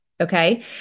Okay